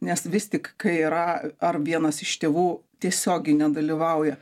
nes vis tik kai yra ar vienas iš tėvų tiesiogiai nedalyvauja